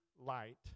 light